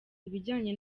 ibijyanye